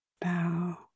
bow